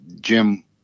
Jim